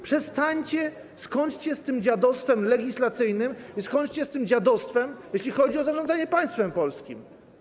Przestańcie, skończcie z tym dziadostwem legislacyjnym i skończcie z tym dziadostwem, jeśli chodzi o zarządzanie państwem polskim.